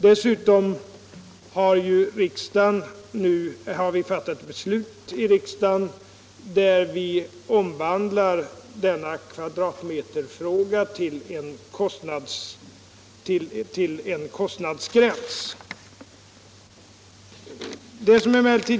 Dessutom har riksdagen nu fattat ett beslut om att ersätta kvadratmetergränsen med en kostnadsgräns.